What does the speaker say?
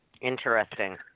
Interesting